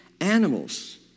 animals